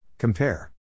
Compare